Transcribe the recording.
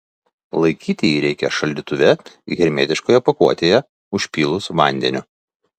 laikyti jį reikia šaldytuve hermetiškoje pakuotėje užpylus vandeniu